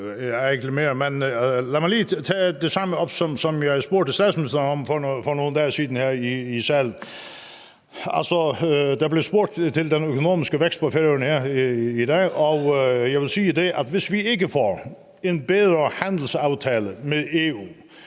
der er ikke tid til mere, men lad mig lige tage det samme, som jeg spurgte statsministeren om her for nogle dage siden her i salen, op. Altså, der blev spurgt til den økonomiske vækst på Færøerne her i dag. Og jeg vil sige, at hvis vi ikke får en bedre handelsaftale med EU,